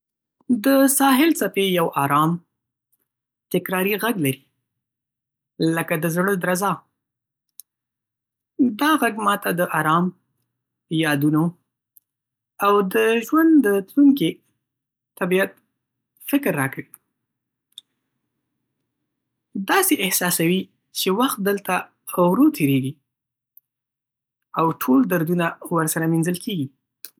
د ساحل څپې یو ارام، تکراري غږ لري، لکه د زړه درزا. دا غږ ما ته د آرام، یادونو، او د ژوند د تلونکي طبیعت فکر راکوي. داسې احساسوې چې وخت دلته ورو تېرېږي، او ټول دردونه ورسره مینځل کېږي.